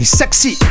sexy